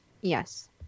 Yes